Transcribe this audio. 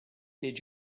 did